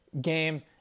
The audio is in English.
game